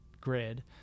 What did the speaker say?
grid